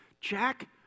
Jack